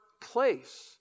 place